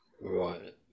Right